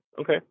Okay